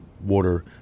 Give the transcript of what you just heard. water